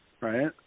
right